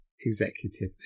executive